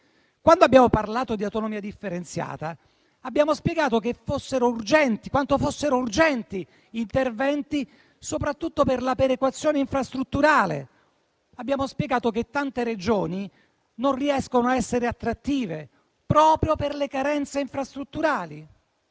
Quando abbiamo parlato di autonomia differenziata, abbiamo spiegato quanto fossero urgenti interventi soprattutto per la perequazione infrastrutturale. Abbiamo spiegato che tante Regioni non riescono a essere attrattive proprio per le carenze infrastrutturali.